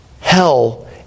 Hell